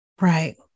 Right